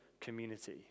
community